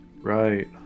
Right